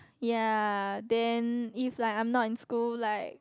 yea then if like I'm not in school like